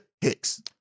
Hicks